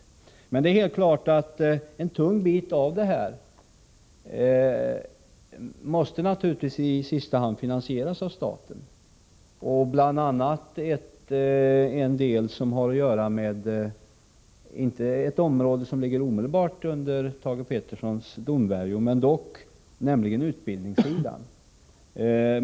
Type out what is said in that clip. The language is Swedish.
Men det är helt klart att en tung bit av detta i sista hand naturligtvis måste finansieras av staten. Det gäller bl.a. ett område som inte omedelbart ligger under Thage Petersons domvärjo men ändå: utbildningssidan.